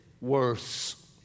worse